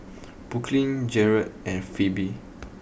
Brooklyn Gearld and Phebe